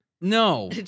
No